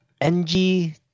ng